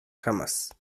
jamás